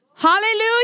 Hallelujah